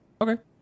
okay